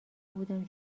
بودم